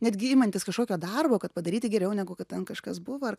netgi imantis kažkokio darbo kad padaryti geriau negu kad ten kažkas buvo ar